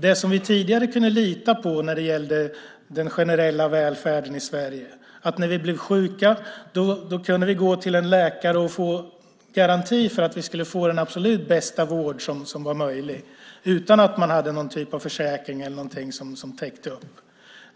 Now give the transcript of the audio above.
Det som vi tidigare kunde lita på när det gällde den generella välfärden i Sverige, att vi när vi blev sjuka kunde gå till en läkare och få garanti för att vi skulle få den absolut bästa vård som var möjlig utan att vi hade någon typ av försäkring eller något som täckte upp,